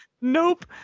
Nope